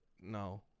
no